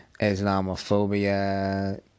Islamophobia